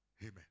Amen